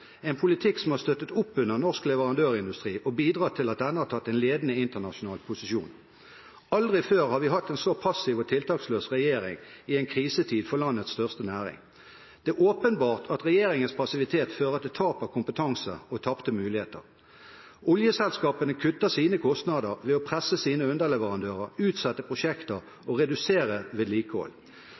en politikk som har støttet opp under norsk leverandørindustri, og bidratt til at den har tatt en ledende internasjonal posisjon. Aldri før har vi hatt en så passiv og tiltaksløs regjering i en krisetid for landets største næring. Det er åpenbart at regjeringens passivitet fører til tap av kompetanse og tapte muligheter. Oljeselskapene kutter sine kostnader ved å presse sine underleverandører, utsette prosjekter og redusere vedlikehold.